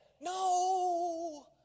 No